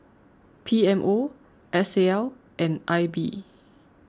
P M O S A L and I B